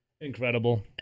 Incredible